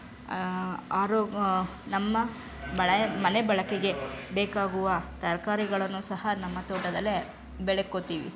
ಆರೋ ನಮ್ಮ ಬಳ ಮನೆ ಬಳಕೆಗೆ ಬೇಕಾಗುವ ತರಕಾರಿಗಳನ್ನು ಸಹ ನಮ್ಮ ತೋಟದಲ್ಲೇ ಬೆಳ್ಕೊಳ್ತೀವಿ